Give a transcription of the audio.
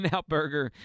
Outburger